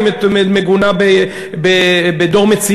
והיא מגונה ב"דורמיציון",